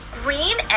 green